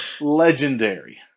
legendary